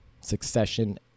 Succession